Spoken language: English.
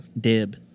Dib